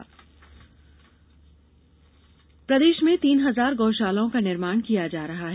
लोकार्पण प्रदेश में तीन हजार गौशालाओं का निर्माण किया जा रहा है